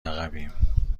عقبیم